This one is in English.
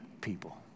people